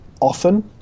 often